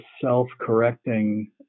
self-correcting